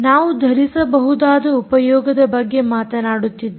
ನಾವು ಧರಿಸಬಹುದಾದ ಉಪಯೋಗದ ಬಗ್ಗೆ ಮಾತನಾಡುತ್ತಿದ್ದೇವೆ